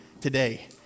today